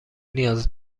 نیاز